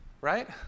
right